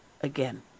again